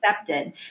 accepted